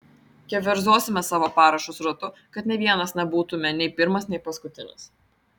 keverzosime savo parašus ratu kad nė vienas nebūtume nei pirmas nei paskutinis